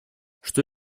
что